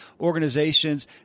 organizations